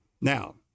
Now